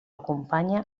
acompanya